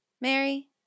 Mary